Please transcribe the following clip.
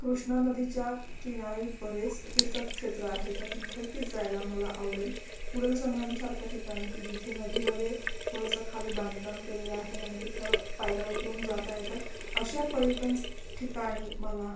कृष्णा नदीच्या किनारी बरेच तीर्थक्षेत्र आहे तर तिथंही जायला मला आवडेल कुडल संगमसारख्या ठिकाणी की जिथे नदीमध्ये थोडंसं खाली बांधकाम केलेलं आहे आणि तिथं पायऱ्या उतरून जाता येतं अशा पर्यटन ठिकाणी मला